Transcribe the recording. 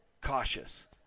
cautious